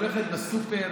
שהולכת לסופר